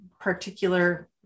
particular